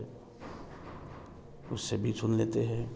उससे भी सुन लेते हैं